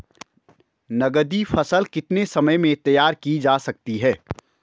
नगदी फसल कितने समय में तैयार की जा सकती है?